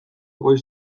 goiz